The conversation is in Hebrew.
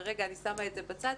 ורגע אני שמה את זה בצד,